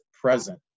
present